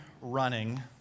running